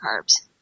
carbs